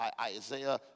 Isaiah